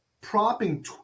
propping